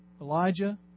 Elijah